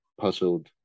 puzzled